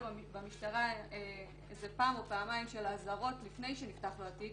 במשטרה פעם או פעמיים אזהרות לפני שנפתח לו התיק,